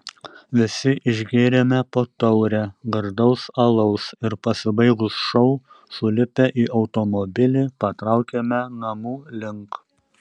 visi išgėrėme po taurę gardaus alaus ir pasibaigus šou sulipę į automobilį patraukėme namų link